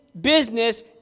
business